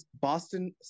Boston